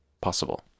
possible